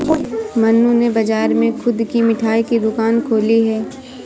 मन्नू ने बाजार में खुद की मिठाई की दुकान खोली है